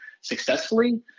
successfully